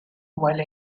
while